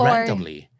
Randomly